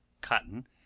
cotton